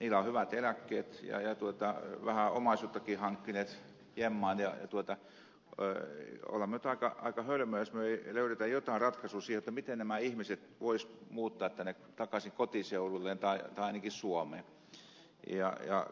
heillä on hyvät eläkkeet ja vähän omaisuuttakin ovat hankkineet jemmaan ja olemme nyt aika hölmöjä jos emme löydä jotain ratkaisua siihen miten nämä ihmiset voisivat muuttaa takaisin tänne kotiseudulleen tai ainakin suomeen